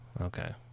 Okay